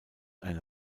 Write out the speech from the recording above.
eine